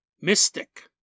mystic